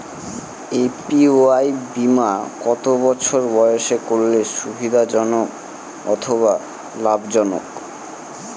APY বীমা কত বছর বয়সে করলে সুবিধা জনক অথবা লাভজনক?